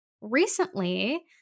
recently